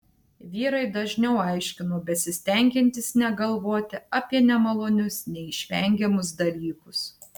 vyrai dažniau aiškino besistengiantys negalvoti apie nemalonius neišvengiamus dalykus